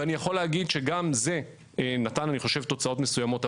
ואני יכול להגיד שגם זה נתן תוצאות מסוימות,